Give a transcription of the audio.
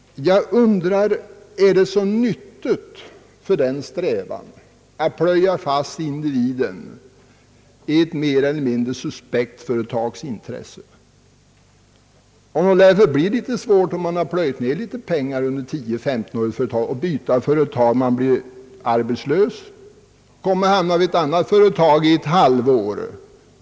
Jag undrar om detta är så nyttigt för strävan att plöja fast individen i ett mer eller mindre suspekt företagsintresse. Nog lär det bli litet svårt att byta företag om man plöjt ned litet pengar under 10—15 år. Blir man arbetslös hamnar man kanske i ett annat företag under ett halvt år.